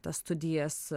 tas studijas